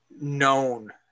known